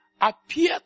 Appear